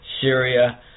Syria